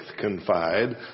confide